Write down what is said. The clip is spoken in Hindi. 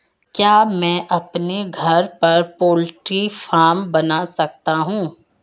क्या मैं अपने घर पर पोल्ट्री फार्म बना सकता हूँ?